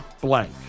blank